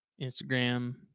Instagram